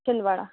Kilwara